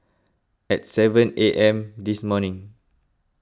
at seven A M this morning